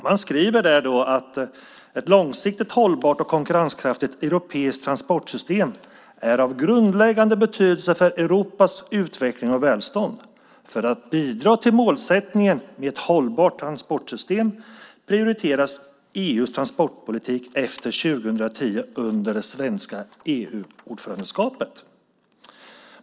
Man skriver där: "Ett långsiktigt hållbart och konkurrenskraftigt europeiskt transportsystem är av grundläggande betydelse för Europas utveckling och välstånd. För att bidra till målsättningen med ett hållbart transportsystem prioriteras EU:s transportpolitik efter 2010 under det svenska EU-ordförandeskapet."